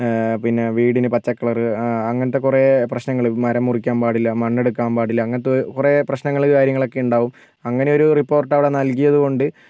പിന്നെ വീടിന് പച്ചക്കളർ അങ്ങനത്തെ കുറെ പ്രശ്നങ്ങൾ മരം മുറിക്കാൻ പാടില്ല മണ്ണെടുക്കാൻ പാടില്ല അങ്ങനത്തെ കുറെ പ്രശ്നങ്ങൾ കാര്യങ്ങളൊക്കെ ഉണ്ടാവും അങ്ങനെയൊരു റിപ്പോർട്ട് അവിടെ നല്കിയത് കൊണ്ട്